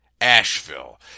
Asheville